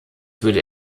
würde